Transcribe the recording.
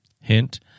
Hint